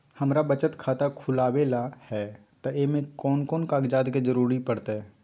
हमरा बचत खाता खुलावेला है त ए में कौन कौन कागजात के जरूरी परतई?